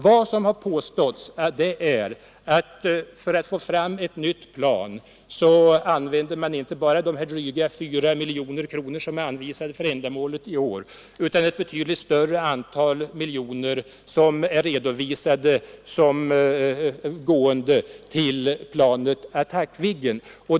Vad som påståtts här är att man för att få fram ett nytt plan inte bara använder de drygt 4 miljoner kronor som i år har anvisats för ändamålet utan ett betydligt större antal miljoner vilka redovisas som gående till planet Attackviggen.